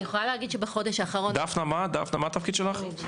דפנה מה התפקיד שלך?